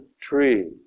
tree